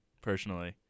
personally